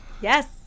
yes